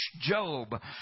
Job